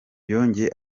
yongeye